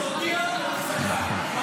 תודיע על הפסקה.